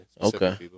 Okay